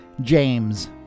James